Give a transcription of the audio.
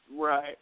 Right